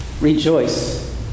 rejoice